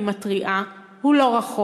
אני מתריעה: הוא לא רחוק,